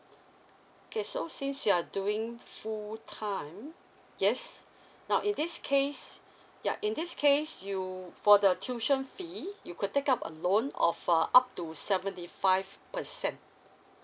okay so since you are doing full time yes now in this case ya in this case you for the tuition fee you could take up a loan of uh up to seventy five percent